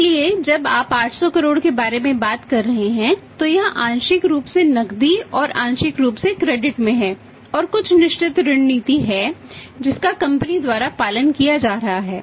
इसलिए जब आप 800 करोड़ के बारे में बात कर रहे हैं तो यह आंशिक रूप से नकदी और आंशिक रूप से क्रेडिट है